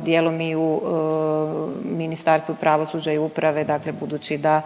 dijelom i u Ministarstvu pravosuđa i uprave, dakle budući da